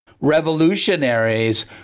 Revolutionaries